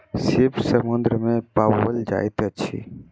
सीप समुद्र में पाओल जाइत अछि